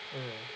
mm